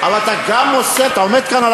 אתה עומד כאן,